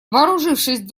вооружившись